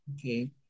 okay